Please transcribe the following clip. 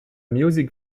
music